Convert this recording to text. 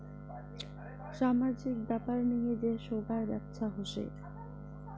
সামাজিক ব্যাপার নিয়ে যে সোগায় ব্যপছা হসে